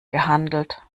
gehandelt